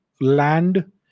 land